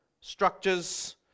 structures